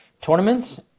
Tournaments